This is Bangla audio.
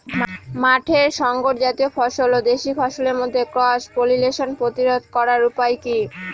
মাঠের শংকর জাতীয় ফসল ও দেশি ফসলের মধ্যে ক্রস পলিনেশন প্রতিরোধ করার উপায় কি?